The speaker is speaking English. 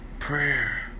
prayer